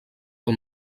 del